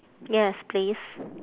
yes please